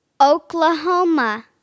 Oklahoma